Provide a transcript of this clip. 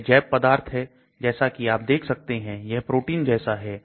यह जेब पदार्थ है जैसा कि आप देख सकते हैं यह प्रोटीन जैसा है